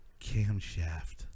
camshaft